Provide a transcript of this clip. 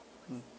mm